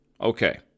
Okay